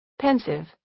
Pensive